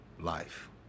life